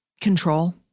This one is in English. control